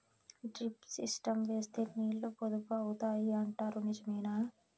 Drip system వేస్తే నీళ్లు పొదుపు అవుతాయి అంటారు నిజమేనా?